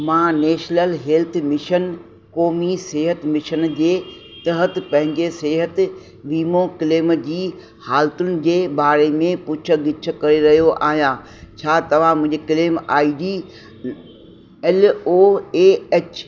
मां national health mission क़ौमी सिहत मिशन जे तहत पंहिंजे सिहत वीमो क्लेम जी हालतुनि जे बारे में पुछ गिछ करे रहियो आहियां छा तव्हां मुंहिंजी claim ID L O A H